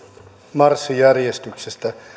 marssijärjestyksestä